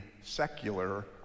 secular